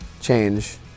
change